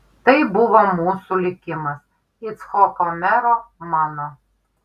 tai buvo mūsų likimas icchoko mero mano